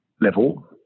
level